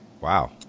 Wow